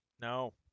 no